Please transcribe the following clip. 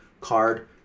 card